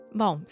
bom